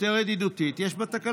יותר ידידותית, יש בה תקלות.